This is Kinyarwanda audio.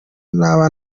naba